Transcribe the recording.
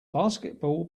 basketball